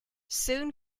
soon